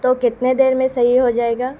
تو کتنے دیر میں صحیح ہو جائے گا